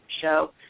show